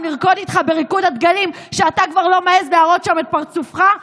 לרקוד איתך בריקוד הדגלים שאתה כבר לא מעז להראות שם את פרצופך?